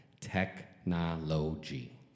Technology